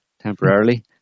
temporarily